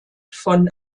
von